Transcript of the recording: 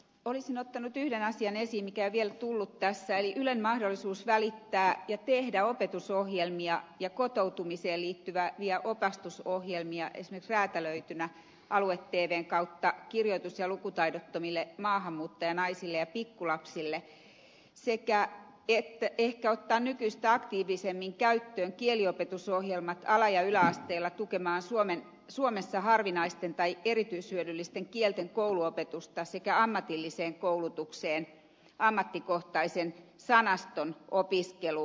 olisin ottanut esiin yhden asian mikä vielä ei tullut tässä eli ylen mahdollisuuden välittää ja tehdä opetusohjelmia ja kotoutumiseen liittyviä opastusohjelmia esimerkiksi räätälöityinä alue tvn kautta kirjoitus ja lukutaidottomille maahanmuuttajanaisille ja pikkulapsille sekä ehkä ottaa nykyistä aktiivisemmin käyttöön kieliopetusohjelmat ala ja yläasteella tukemaan suomessa harvinaisten tai erityishyödyllisten kielten kouluopetusta sekä ammatillisen koulutuksen ammattikohtaisen sanaston opiskelua